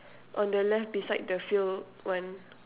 on the left beside the filled one